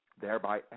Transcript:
thereby